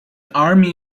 army